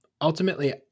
ultimately